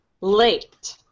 late